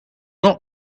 not